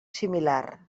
similar